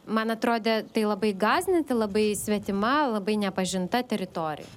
man atrodė tai labai gąsdinanti labai svetima labai nepažinta teritorija